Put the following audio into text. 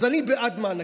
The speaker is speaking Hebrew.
אז אני בעד מענקים.